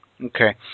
Okay